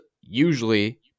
usually